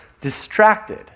distracted